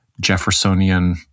Jeffersonian